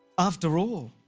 after all,